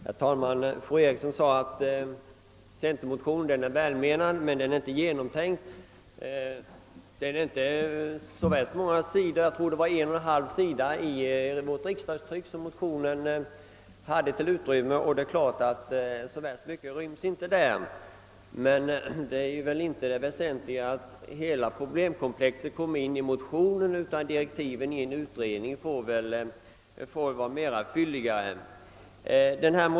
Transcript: Herr talman! Fru Eriksson i Stockholm sade att centermotionen är välment men inte genomtänkt. Jag tror att det var en och en halv sida i vårt riksdagstryck som motionen hade till sitt förfogande, och så värst mycket kunde inte rymmas där. Men det väsentliga är inte att hela problemet kom in i motio nen, utan direktiven i en utredning bör väl bli mera fylliga.